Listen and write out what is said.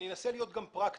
אנסה להיות פרקטי.